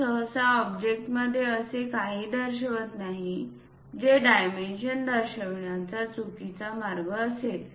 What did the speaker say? आपण सहसा ऑब्जेक्टमध्ये असे काही दर्शवित नाही जे डायमेन्शन दर्शविण्याचा चुकीचा मार्ग असेल